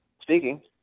Speaking